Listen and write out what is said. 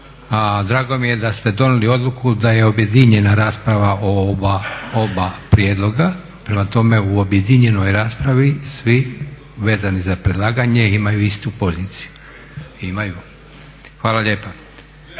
drago mi je da ste donijeli odluku da je objedinjena rasprava o ova oba prijedloga prema tome u objedinjenoj raspravi svi vezani za predlaganje imaju istu poziciju. …/Upadica